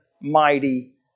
mighty